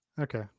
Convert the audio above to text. Okay